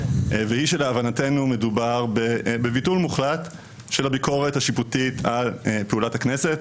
והיא שלהבנתנו מדובר בביטול מוחלט של הביקורת השיפוטית על פעולת הכנסת,